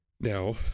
now